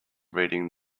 reading